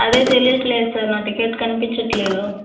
అదే తెలియట్లేదు సార్ నా టికెట్ కనిపించట్లేదు